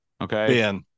Okay